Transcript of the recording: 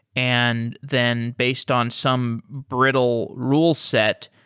and then based on some brittle rule set,